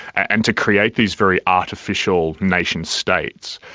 and to create these very artificial nation states.